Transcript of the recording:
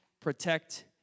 protect